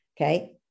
Okay